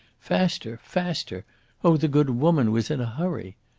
faster, faster oh, the good woman was in a hurry!